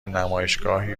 نمایشگاهی